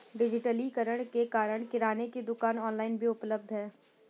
डिजिटलीकरण के कारण किराने की दुकानें ऑनलाइन भी उपलब्ध है